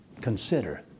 consider